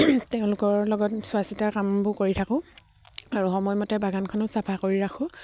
তেওঁলোকৰ লগত চোৱা চিতা কামবোৰ কৰি থাকোঁ আৰু সময়মতে বাগানখনো চাফা কৰি ৰাখোঁ